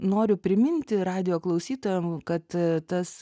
noriu priminti radijo klausytojam kad tas